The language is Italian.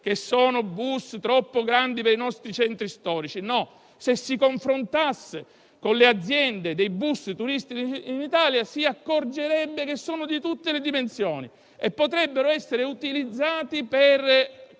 che sono bus troppo grandi per i nostri centri storici. Si confrontasse con le aziende dei bus turistici in Italia, perché si accorgerebbe che sono di tutte le dimensioni, e potrebbero essere utilizzati,